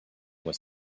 was